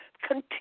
Continue